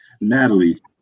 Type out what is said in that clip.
Natalie